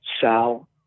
Sal